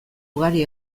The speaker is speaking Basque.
ugari